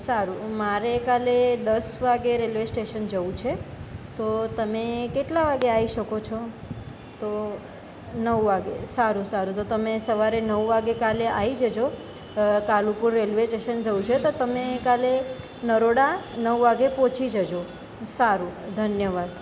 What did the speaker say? સારું મારે કાલે દસ વાગે રેલવે સ્ટેશન જવું છે તો તમે કેટલા વાગે આવી શકો છો તો નવ વાગે સારું સારું તો તમે સવારે નવ વાગે કાલે આવી જજો કાલુપુર રેલવે સ્ટેશન જવું છે તો તમે કાલે નરોડા નવ વાગે પહોંચી જજો સારું ધન્યવાદ